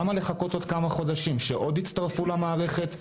למה לחכות עוד כמה חודשים, שעוד יצטרפו למערכת?